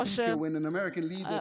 (אומר דברים בשפה האנגלית,